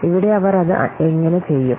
ഇവിടെ അവർ അത് എങ്ങനെ ചെയ്യും